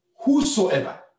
whosoever